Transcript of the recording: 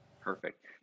Perfect